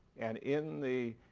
and in the